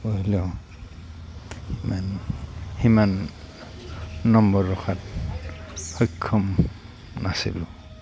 পঢ়িলেও সিমান সিমান নম্বৰ ৰখাত সক্ষম নাছিলোঁ